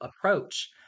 approach